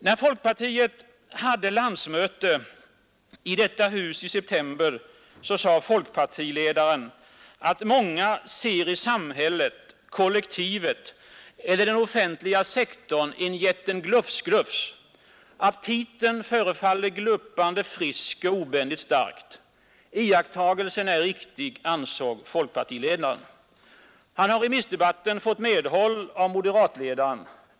När folkpartiet hade landsmöte i detta hus i september sade folkpartiledaren att många i samhället-kollektivet eller den offentliga sektorn ser en jätten Glufs-Glufs. Aptiten förefaller glupande frisk och obändigt stark. lakttagelsen är riktig, ansåg folkpartiledaren. Han har i remissdebatten fått medhåll av moderatledaren.